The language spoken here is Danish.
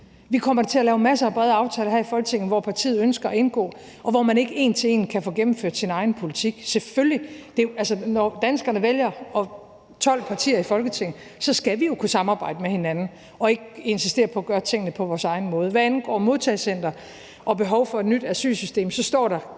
Vi kommer da til at lave masser af brede aftaler her i Folketinget, hvor partiet ønsker at indgå, og hvor man ikke en til en kan få gennemført sin egen politik. Selvfølgelig er det sådan. Altså, når danskerne vælger 12 partier til Folketinget, så skal vi jo kunne samarbejde med hinanden og ikke insistere på at gøre tingene på vores egen måde. Hvad angår modtagecenter og behov for et nyt asylsystem, står der